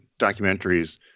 documentaries